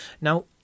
Now